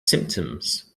symptoms